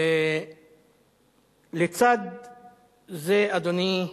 לצד זה, אדוני,